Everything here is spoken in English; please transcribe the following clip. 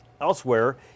elsewhere